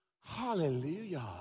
Hallelujah